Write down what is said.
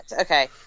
Okay